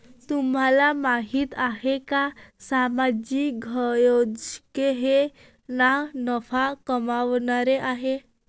तुम्हाला माहिती आहे का सामाजिक उद्योजक हे ना नफा कमावणारे आहेत